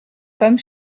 comme